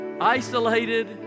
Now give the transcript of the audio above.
isolated